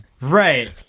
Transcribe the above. Right